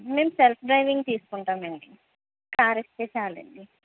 మేము self driving తీసుకుంటాం అండి కార్ ఇస్తే చాలండీ